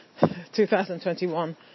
2021